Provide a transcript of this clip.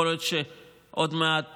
יכול להיות שעוד מעט